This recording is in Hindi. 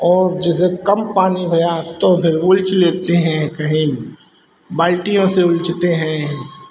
और जैसे कम पानी है या तो फिर उलीच लेते हैं फिर बाल्टियों से उलीचते हैं